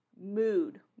mood